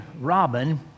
robin